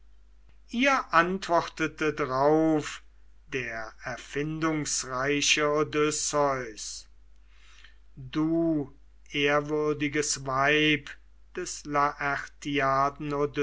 ihr antwortete drauf der erfindungsreiche odysseus du ehrwürdiges weib des